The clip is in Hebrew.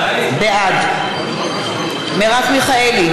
בעד מרב מיכאלי,